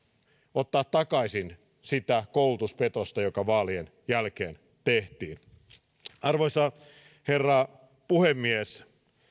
ottaa takaisin sitä koulutuspetosta joka vaalien jälkeen tehtiin arvoisa herra puhemies